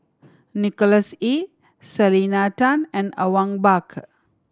Nicholas Ee Selena Tan and Awang Bakar